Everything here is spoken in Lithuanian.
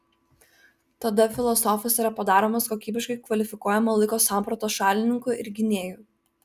tada filosofas yra padaromas kokybiškai kvalifikuojamo laiko sampratos šalininku ir gynėju